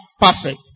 perfect